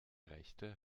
rechte